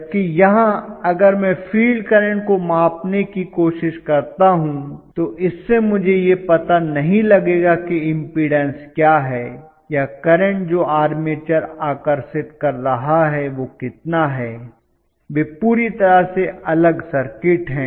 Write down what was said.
जबकि यहाँ अगर मैं फील्ड करंट को मापने की कोशिश करता हूँ तो इससे मुझे यह पता नहीं लगेगा कि इम्पीडन्स क्या है या करंट जो आर्मेचर आकर्षित कर रहा है वह कितना है वे पूरी तरह से अलग सर्किट हैं